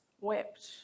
wept